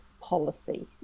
policy